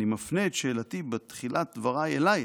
אני מפנה את שאלתי בתחילת דבריי אלייך,